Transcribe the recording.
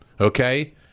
okay